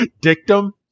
Dictum